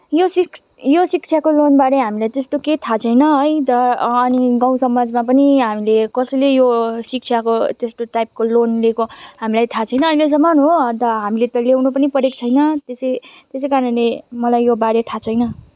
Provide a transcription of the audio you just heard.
यो शिक्ष यो शिक्षाको लोनबारे हामीलाई त्यस्तो केही थाहा छैन है त अनि गाउँ समाजमा पनि हामीले कसैले यो शिक्षाको त्यस्तो टाइपको लोन लिएको हामीलाई थाहा छैन अहिलेसम हो अन्त हामीले त लिनु पनि परेको छैन त्यसै त्यसैकारणले मलाई योबारे थाहा छैन